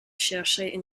chercher